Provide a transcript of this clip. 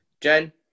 Jen